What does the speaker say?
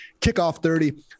KICKOFF30